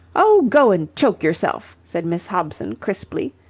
oh, go and choke yourself! said miss hobson, crisply.